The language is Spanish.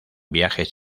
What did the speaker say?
viajes